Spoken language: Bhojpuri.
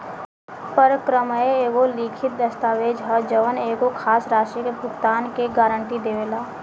परक्रमय एगो लिखित दस्तावेज ह जवन एगो खास राशि के भुगतान के गारंटी देवेला